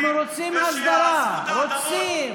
אנחנו רוצים הסדרה, רוצים.